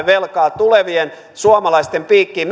velkaa tulevien suomalaisten piikkiin